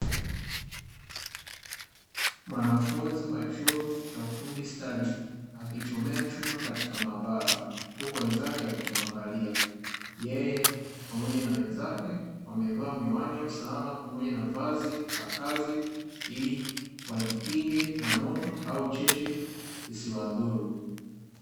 Mwanafunzi wa chuo cha ufundi stadi wakichomea chuma katika chumba cha maabara, huku mwenzake wakimuangalia yeye pamoja na wenzake wamevaa miwani ya usalama pamoja na mavazi na kazi ili wajikinge na moto au cheche zisiwadhuru.